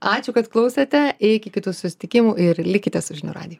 ačiū kad klausėte iki kitų susitikimų ir likite su žinių radijui